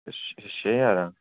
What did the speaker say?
अच्छा छें ज्हारां दा